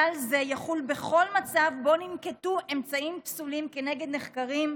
כלל זה יחול בכל מצב שבו ננקטו אמצעים פסולים כנגד נחקרים,